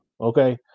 Okay